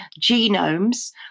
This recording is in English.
genomes